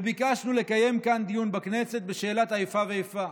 וביקשנו לקיים כאן דיון בכנסת בשאלת איפה ואיפה